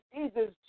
Jesus